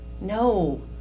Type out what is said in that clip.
No